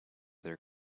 there